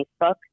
Facebook